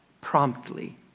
promptly